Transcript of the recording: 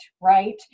right